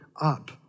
up